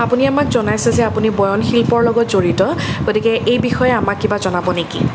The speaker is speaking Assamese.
আপুনি আমাক জনাইছে যে আপুনি বয়ন শিল্পৰ লগত জড়িত গতিকে এই বিষয়ে আমাক কিবা জনাব নেকি